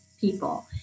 people